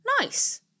nice